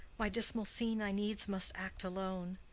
my dismal scene i needs must act alone.